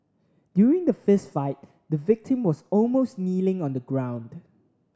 during the fist fight the victim was almost kneeling on the ground